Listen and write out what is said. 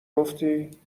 گفتی